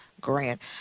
grant